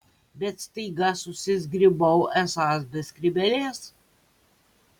bet staiga susizgribau esąs be skrybėlės